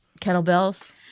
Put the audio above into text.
Kettlebells